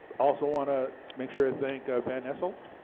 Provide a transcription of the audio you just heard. also want to make sure to thank van asselt